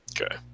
Okay